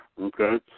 Okay